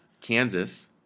Kansas